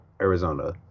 Arizona